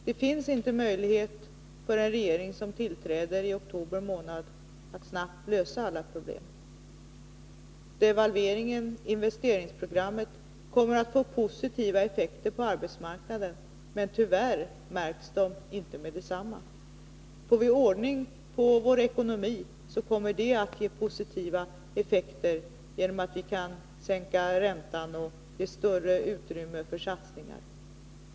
Det finns inte möjlighet för en regering som tillträder i oktober månad att snabbt lösa alla problem. Devalveringen och investeringsprogrammet kommer att få positiva effekter på arbetsmarknaden, men tyvärr märks det inte med detsamma. Får vi ordning på vår ekonomi, så kommer det att ge positiva effekter genom att vi kan sänka räntan och ge större utrymme för satsningar.